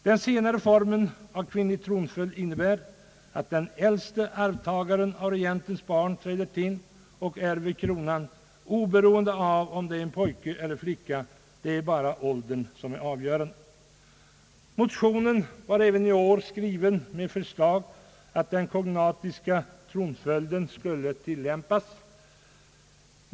Den senare formen av kvinnlig tronföljd innebär att den äldste av regentens barn träder till och ärver kronan oberoende av om det är en pojke eller flicka. Det är bara åldern som är avgörande. Motionen var även i år skriven med förslag att den kognatiska arvsföljden skulle tillämpas.